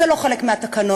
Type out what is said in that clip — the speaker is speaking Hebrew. זה לא חלק מהתקנון.